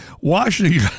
Washington